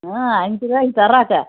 ம் அஞ்சு ரூபாய்க்கு தர்றாங்க